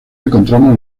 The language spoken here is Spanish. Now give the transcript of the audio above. encontramos